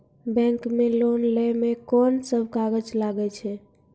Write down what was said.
Bank मे loan लै मे कोन सब कागज लागै छै?